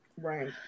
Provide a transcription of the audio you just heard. Right